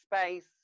space